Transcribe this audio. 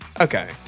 Okay